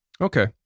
Okay